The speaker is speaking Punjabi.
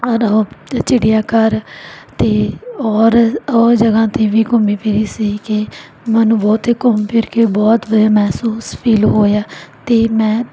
ਔਰ ਉਹ ਅਤੇ ਚਿੜੀਆ ਘਰ ਅਤੇ ਔਰ ਔਹ ਜਗ੍ਹਾ 'ਤੇ ਵੀ ਘੁੰਮੀ ਫਿਰੀ ਸੀ ਕੇ ਮੈਨੂੰ ਬਹੁਤ ਹੀ ਘੁੰਮ ਫਿਰ ਕੇ ਬਹੁਤ ਵਧੀਆ ਮਹਿਸੂਸ ਫੀਲ ਹੋਇਆ ਅਤੇ ਮੈਂ